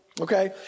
okay